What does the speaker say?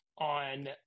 on